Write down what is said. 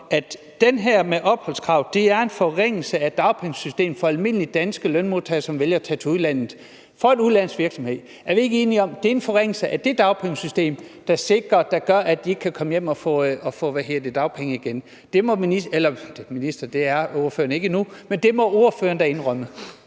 at det her med opholdskravet er en forringelse af dagpengesystemet for almindelige danske lønmodtagere, som vælger at tage til udlandet for en udenlandsk virksomhed? Er vi ikke enige om, at det er en forringelse af det dagpengesystem, der ellers sikrer, at de kan komme hjem og få dagpenge igen? Det må ministeren eller